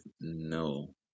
no